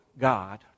God